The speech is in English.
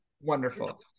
Wonderful